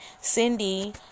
Cindy